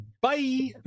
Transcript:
Bye